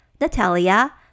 natalia